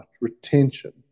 retention